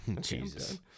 Jesus